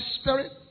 spirit